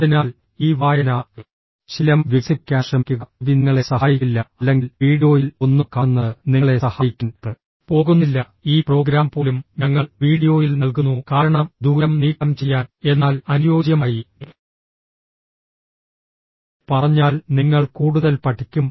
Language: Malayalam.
അതിനാൽ ഈ വായനാ ശീലം വികസിപ്പിക്കാൻ ശ്രമിക്കുക ടിവി നിങ്ങളെ സഹായിക്കില്ല അല്ലെങ്കിൽ വീഡിയോയിൽ ഒന്നും കാണുന്നത് നിങ്ങളെ സഹായിക്കാൻ പോകുന്നില്ല ഈ പ്രോഗ്രാം പോലും ഞങ്ങൾ വീഡിയോയിൽ നൽകുന്നു കാരണം ദൂരം നീക്കംചെയ്യാൻ എന്നാൽ അനുയോജ്യമായി പറഞ്ഞാൽ നിങ്ങൾ കൂടുതൽ പഠിക്കും